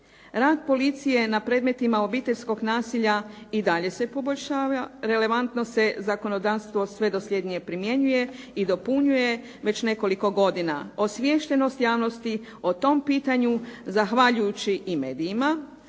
Rad policije na predmetima obiteljskog nasilja i dalje se poboljšava, relevantno se zakonodavstvo sve dosljednije primjenjuje i dopunjuje već nekoliko godina. Osviještenost javnosti o tom pitanju zahvaljujući i medijima